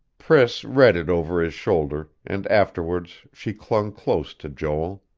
priss read it over his shoulder, and afterwards she clung close to joel.